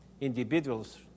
individuals